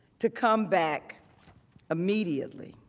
to come back immediately.